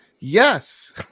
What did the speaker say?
Yes